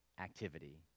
activity